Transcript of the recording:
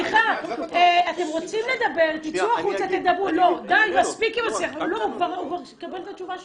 אני רוצה השפעה של האנשים לפני תחילת עונה.